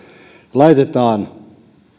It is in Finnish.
laitetaan